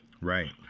Right